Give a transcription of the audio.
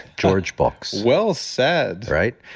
george box well-said right?